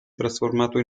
trasformato